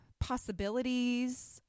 possibilities